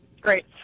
Great